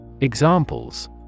Examples